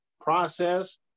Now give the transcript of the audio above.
process